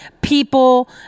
people